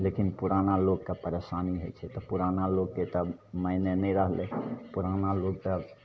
लेकिन पुराना लोककेँ परेशानी होइ छै तऽ पुराना लोककेँ तऽ माइने नहि रहलै पुराना लोक तऽ